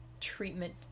treatment